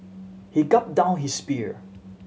he gulped down his beer